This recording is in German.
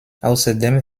außerdem